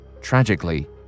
Tragically